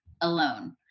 alone